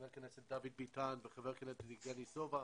חבר הכנסת דוד ביטן וחבר הכנסת יבגני סובה,